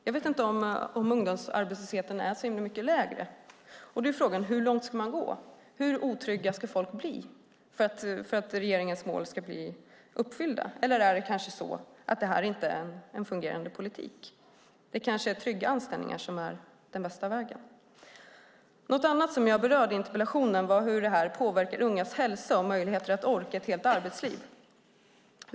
Jag vet inte om ungdomsarbetslösheten är så mycket lägre, och frågan är hur långt man ska gå. Hur otrygga ska folk bli för att regeringens mål ska uppfyllas? Eller är det kanske så att detta inte är en fungerande politik? Det kanske är trygga anställningar som är den bästa vägen. Något annat jag berörde i interpellationen var hur detta påverkar ungas hälsa och möjligheter att orka ett helt arbetsliv.